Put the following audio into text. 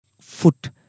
foot